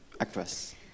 actress